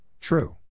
true